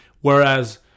whereas